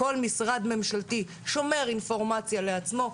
כל משרד ממשלתי שומר אינפורמציה לעצמו,